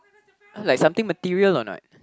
like something material or not